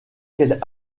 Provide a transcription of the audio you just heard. quelques